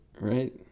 right